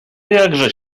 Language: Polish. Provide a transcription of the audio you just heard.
jakże